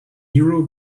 hero